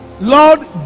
Lord